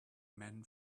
men